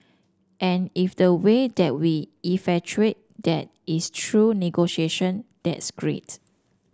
and if the way that we effectuate that is through negotiations that's great